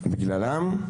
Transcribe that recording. בגללם,